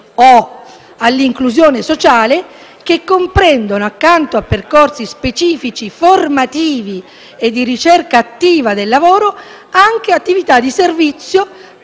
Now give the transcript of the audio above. o all'inclusione sociale, che comprendono accanto a specifici percorsi formativi e di ricerca attiva del lavoro, anche attività di servizio